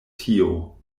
tio